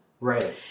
Right